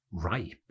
ripe